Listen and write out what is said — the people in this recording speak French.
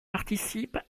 participe